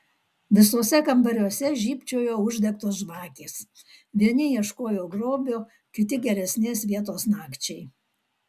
visuose kambariuose žybčiojo uždegtos žvakės vieni ieškojo grobio kiti geresnės vietos nakčiai